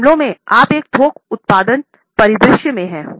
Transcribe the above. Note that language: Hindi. कई मामलों में आप एक थोक उत्पादन परिदृश्य में हैं